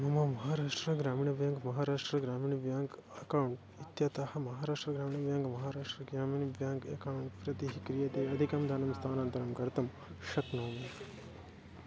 मम महाराष्ट्र ग्रामीणः ब्याङ्क् महाराष्ट्र ग्रामीणः ब्याङ्क् अकौण्ट् इत्यतः महाराष्ट्र ग्रामीणः ब्याङ्क् महाराष्ट्र ग्रामीणः ब्याङ्क् अकौण्ट् प्रति कियत् अधिकं धनं स्थानान्तरं कर्तुं शक्नोमि